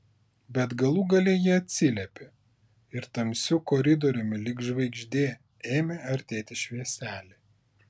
bet galų gale ji atsiliepė ir tamsiu koridoriumi lyg žvaigždė ėmė artėti švieselė